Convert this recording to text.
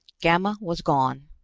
gamma was gone,